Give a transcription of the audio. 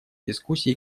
дискуссии